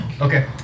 Okay